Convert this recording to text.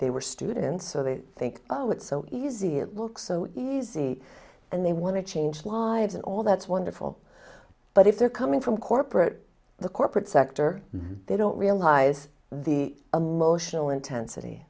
students so they think oh it's so easy it looks so easy and they want to change lives and all that's wonderful but if they're coming from corporate the corporate sector they don't realize the emotional intensity